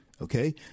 Okay